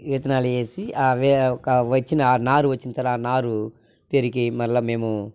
విత్తనాలు వేసి అవే ఒక నారు వచ్చిన నారు పెరికి మళ్ళీ మేము